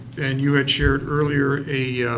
and you had shared earlier a